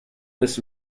this